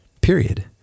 period